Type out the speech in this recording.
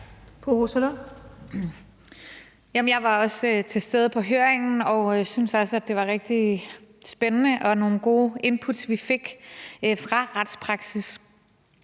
jeg var også til stede på høringen og synes også, at det var rigtig spændende, og at det var nogle gode input, vi fik fra retspraksis.